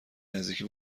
نزدیکی